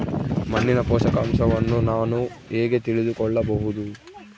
ಮಣ್ಣಿನ ಪೋಷಕಾಂಶವನ್ನು ನಾನು ಹೇಗೆ ತಿಳಿದುಕೊಳ್ಳಬಹುದು?